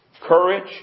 courage